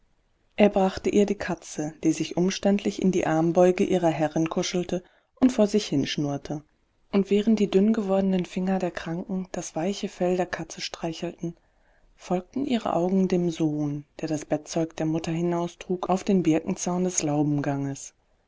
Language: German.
er brachte ihr die katze die sich umständlich in die armbeuge ihrer herrin kuschelte und vor sich hin schnurrte und während die dünn gewordenen finger der kranken das weiche fell der katze streichelten folgten ihre augen dem sohn der das bettzeug der mutter hinaustrug auf den birkenzaun des